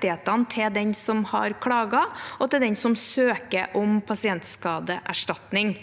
til den som har klaget, og til den som søker om pasientskadeerstatning.